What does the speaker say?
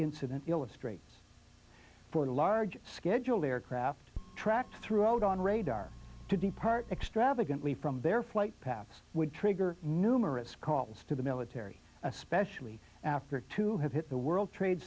incident illustrates for the large schedule aircraft tracked throughout on radar to depart extravagantly from their flight paths would trigger numerous calls to the military especially after to have hit the world trade